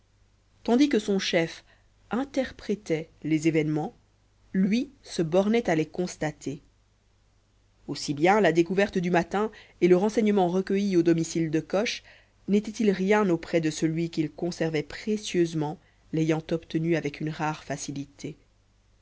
tandis que son chef interprétait les événements lui se bornait à les constater aussi bien la découverte du matin et le renseignement recueilli au domicile de coche n'étaient-ils rien auprès de celui qu'il conservait précieusement l'ayant obtenu avec une rare facilité